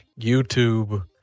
YouTube